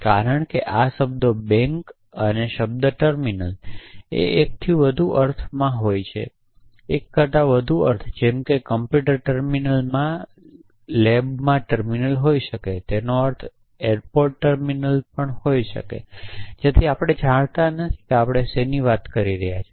કારણ કે આ શબ્દો બેંક અને શબ્દો ટર્મિનલ 1 થી વધુ અર્થમાં હોય છે 1 કરતાં વધુ અર્થ જેમ કે કમ્પ્યુટર ટર્મિનલમાં લેબમાં ટર્મિનલ હોઇ શકે તેનો અર્થ એરપોર્ટમાં ટર્મિનલનો અર્થ પણ હોઇ શકે છે જેથી આપણે જાણતા નથી કે આપણે શું વાત કરી રહ્યા છીએ